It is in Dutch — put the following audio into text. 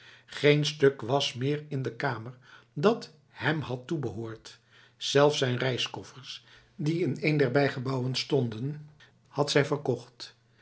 geen stuk was meer in de kamer dat hem had toebehoord zelfs zijn reiskoffers die in een der bijgebouwen stonden had zij verkocht